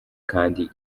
kandi